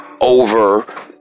over